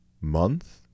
month